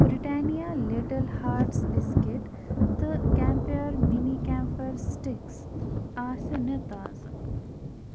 Britannia little hearts biscuit تہٕ کٮ۪م pure mini camphor sticks آسہٕ نہِ تازٕ